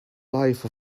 life